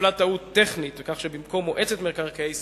נפלה טעות טכנית, כך שבמקום "מועצת מקרקעי ישראל"